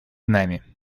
нами